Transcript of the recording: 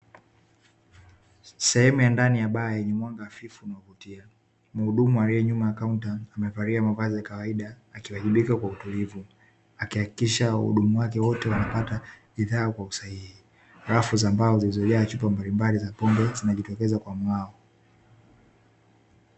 Sehemu ya ndani ya baa, yenye mwanga hafifu unaovutia, mhudumu aliye nyuma ya kaunta amevalia mavazi ya kawaida, akiwajibika kwa utulivu, akihakikisha wahudumu wake wote wanapata bidhaa kwa usahihi, rafu za mbao zilizojaa chupa mbalimbali za pombe zinajitokeza kwa mng'áo.